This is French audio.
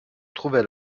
trouvait